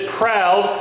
proud